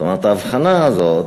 זאת אומרת, ההבחנה הזאת,